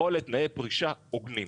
או לתנאי פרישה הוגנים.